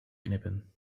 knippen